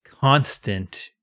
constant